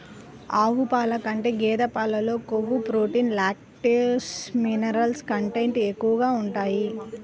ఆవు పాల కంటే గేదె పాలలో కొవ్వు, ప్రోటీన్, లాక్టోస్, మినరల్ కంటెంట్ ఎక్కువగా ఉంటాయి